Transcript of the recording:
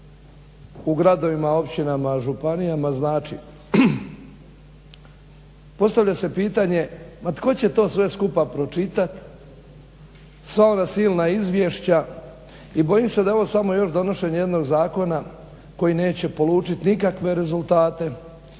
u gradovima, općinama, županijama znači? Postavlja se pitanje ma tko će to sve skupa pročitati, sva ona silna izvješća i bojim se da je ovo samo još donošenje jednog zakona koji neće polučiti nikakve rezultate